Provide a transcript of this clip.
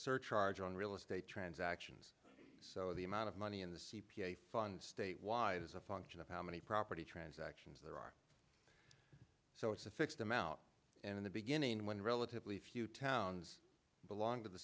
surcharge on real estate transactions so the amount of money in the c p a fund statewide is a function of how many property transactions there are so it's a fixed amount and in the beginning when relatively few towns belong to the